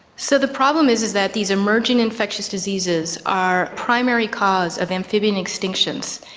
so the problem is is that these emerging infectious diseases are primary cause of amphibian extinctions,